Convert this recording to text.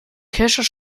kescher